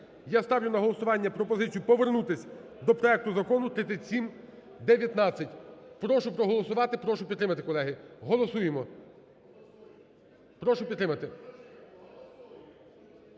Я ставлю на голосування пропозицію повернутися до проекту закону 3719. Прошу проголосувати, прошу підтримати, колеги. Голосуємо. Прошу підтримати.